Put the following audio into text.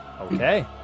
Okay